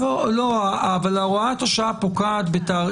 גם הוראת השעה, יש לדעת מתי היא פוקעת.